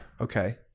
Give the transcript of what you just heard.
okay